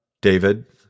David